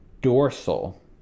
dorsal